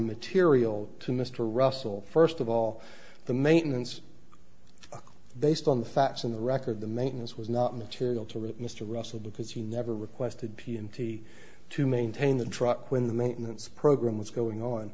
material to mr russell first of all the maintenance based on the facts in the record the maintenance was not material to rip mr russell because he never requested p m t to maintain the truck when the maintenance program was going on